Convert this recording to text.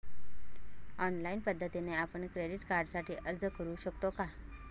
Online पद्धतीने आपण credit कार्डसाठी अर्ज करु शकतो का?